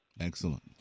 Excellent